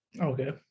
okay